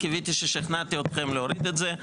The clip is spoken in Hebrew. קיוויתי ששכנעתי אתכם להוריד את זה.